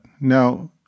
Now